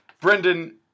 Brendan